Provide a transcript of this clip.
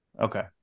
Okay